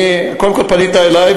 קודם כול פנית אלי,